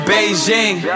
Beijing